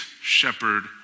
shepherd